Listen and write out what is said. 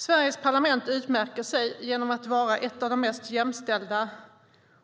Sveriges parlament utmärker sig genom att vara ett av de mest jämställda